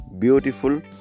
beautiful